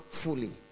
fully